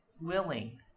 willing